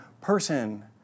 person